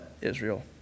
Israel